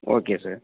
okay sir